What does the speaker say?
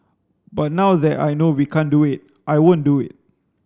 but now that I know we can't do it I won't do it